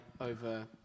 over